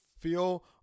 feel